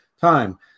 time